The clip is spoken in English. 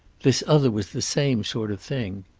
this other was the same sort of thing.